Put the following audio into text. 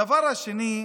הדבר השני,